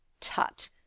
Tut